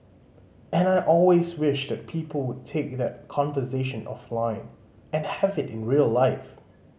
and I always wish that people would take that conversation offline and have it in real life